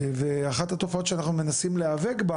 ואחת התופעות שאנחנו מנסים להיאבק בה